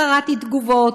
קראתי תגובות,